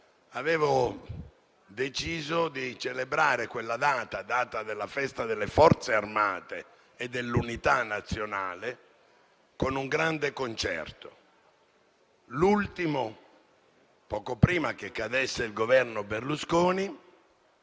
avevo deciso di celebrare quella data - data della festa delle Forze armate e dell'unità nazionale - con un grande concerto. Per l'ultimo di questi, poco prima che cadesse il Governo Berlusconi,